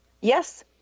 Yes